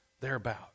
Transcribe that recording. thereabout